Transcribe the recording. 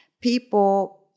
people